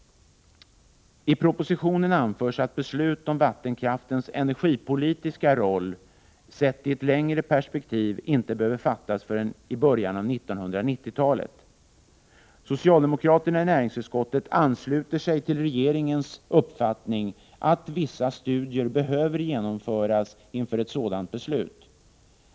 I propositionen anförs att beslut om vattenkraftens energipolitiska roll, sedd i ett längre perspektiv, inte behöver fattas förrän i början av 1990-talet. Socialdemokraterna i näringsutskottet ansluter sig till regeringens uppfattning att vissa studier behöver genomföras före ett sådant beslut.